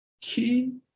Key